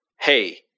Hey